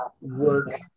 work